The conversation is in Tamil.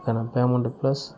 எனக்கு பேமெண்ட்டு ப்ளஸ்